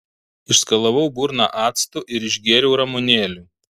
išskalavau burną actu ir išgėriau ramunėlių